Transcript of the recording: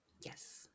Yes